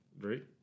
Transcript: Great